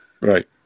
Right